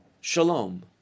shalom